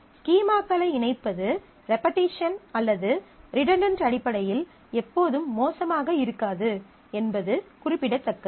ஸ்கீமாக்ககளை இணைப்பது ரெபெட்டிஷன் அல்லது ரிடன்டன்ட் அடிப்படையில் எப்போதும் மோசமாக இருக்காது என்பது குறிப்பிடத்தக்கது